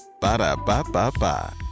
Ba-da-ba-ba-ba